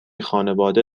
خانواده